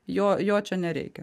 jo jo čia nereikia